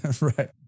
Right